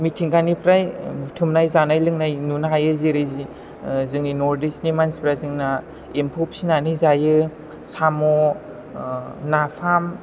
मिथिंगानिफ्राय बुथुमनाय जानाय लोंनाय नुनो हायो जेरै जोंनि नर्ट इस्टनि मानसिफ्रा जोंना एम्फौ फिसिनानै जायो साम' नाफाम